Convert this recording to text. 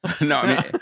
no